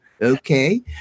Okay